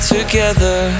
Together